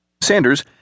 Sanders